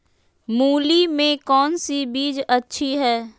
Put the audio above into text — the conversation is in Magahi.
मूली में कौन सी बीज अच्छी है?